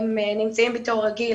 הם נמצאים בתור רגיל,